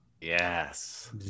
Yes